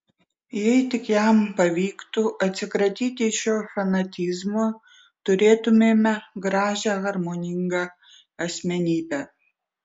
jei tik jam pavyktų atsikratyti šio fanatizmo turėtumėme gražią harmoningą asmenybę